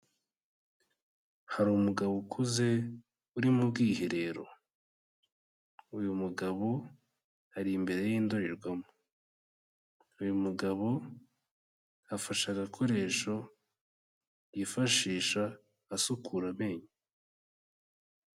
Hari umugabo ukuze uri mu bwiherero, uyu mugabo ari imbere y'indorerwamo, uyu mugabo afashe agakoresho yifashisha asukura amenyo.